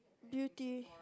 beauty